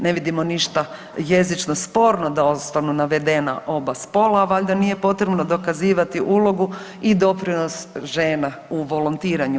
Ne vidimo jezično sporno da ostanu navedena oba spola, valjda nije potrebno dokazivati ulogu i doprinos žena u volontiranju.